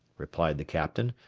replied the captain,